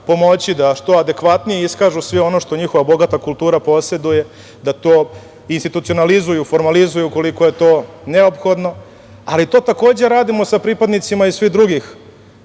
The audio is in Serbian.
da što adekvatnije iskažu sve ono što njihova bogata kultura poseduje, da to institucionalizuju, formalizuju koliko je to neophodno, ali to takođe radimo sa pripadnicima i svih drugih